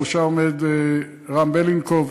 בראשה עומד רם בלינקוב,